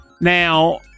Now